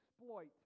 exploit